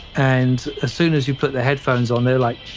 and as soon as you put the headphones on, they're like,